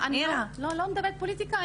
לא, אני לא מדברת על פוליטיקה.